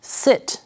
sit